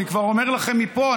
אני כבר אומר לכם מפה,